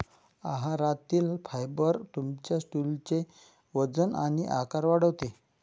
आहारातील फायबर तुमच्या स्टूलचे वजन आणि आकार वाढवते